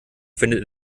findet